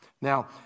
Now